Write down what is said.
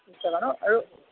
বিশ টকা ন আৰু